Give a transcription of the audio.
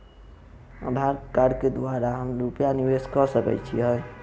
आधार कार्ड केँ द्वारा हम रूपया निवेश कऽ सकैत छीयै?